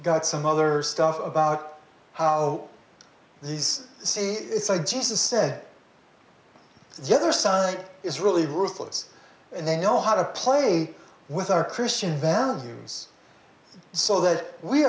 got some other stuff about how these say it's a jesus said the other side is really ruthless and they know how to play with our christian values so that we